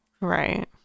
Right